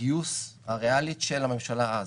הגיוס הריאלית של הממשלה אז.